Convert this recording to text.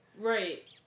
Right